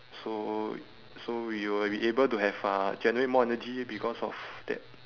so so we will be able to have uh generate more energy because of that